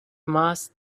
most